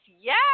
yes